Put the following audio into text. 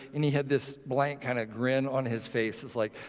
and he had this blank kind of grin on his face that's like,